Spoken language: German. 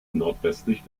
nordwestlich